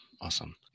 awesome